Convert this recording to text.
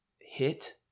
hit